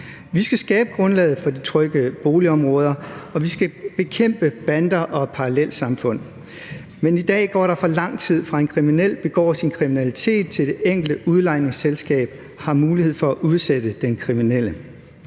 Vi skal skabe grundlaget for de trygge boligområder, og vi skal bekæmpe bander og parallelsamfund. Men i dag går der for lang tid, fra en kriminel begår sin kriminalitet, til det enkelte boligselskab har mulighed for at udsætte den kriminelle.